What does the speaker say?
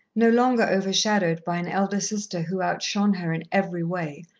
no longer over-shadowed by an elder sister who outshone her in every way,